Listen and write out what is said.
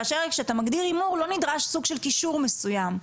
כשאתה מגדיר הימור לא נדרש סוג של כישור מסוים.